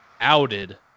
outed